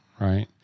right